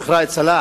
שיח' ראאד סלאח.